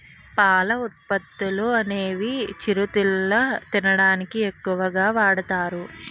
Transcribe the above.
పాల ఉత్పత్తులనేవి చిరుతిళ్లు తినడానికి ఎక్కువ వాడుతారు